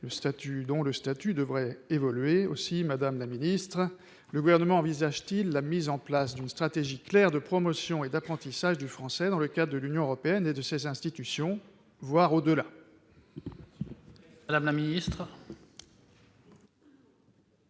de l'Union européenne. Aussi, madame la ministre, le Gouvernement envisage-t-il la mise en place d'une stratégie claire de promotion et d'enseignement du français dans le cadre de l'Union européenne et de ses institutions, voire au-delà ? La parole est